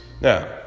Now